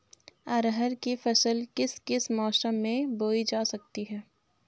अरहर की फसल किस किस मौसम में बोई जा सकती है?